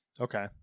Okay